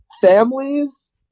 families